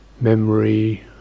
memory